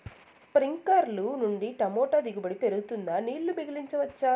స్ప్రింక్లర్లు నుండి టమోటా దిగుబడి పెరుగుతుందా? నీళ్లు మిగిలించవచ్చా?